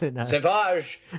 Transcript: Savage